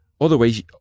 Otherwise